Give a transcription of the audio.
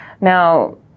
Now